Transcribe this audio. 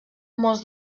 molts